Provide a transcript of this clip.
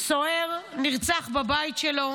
סוהר נרצח בבית שלו